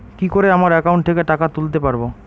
কি করে আমার একাউন্ট থেকে টাকা তুলতে পারব?